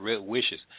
wishes